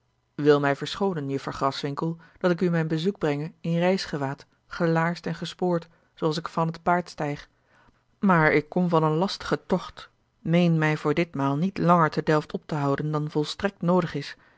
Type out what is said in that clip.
wil mij verschoonen juffrouw graswinckel dat ik u mijn bezoek brenge in reisgewaad gelaarsd en gespoord zooals ik van t paard stijg maar ik kom van een lastigen tocht meen mij voor ditmaal niet langer te delft op te houden dan volstrekt noodig is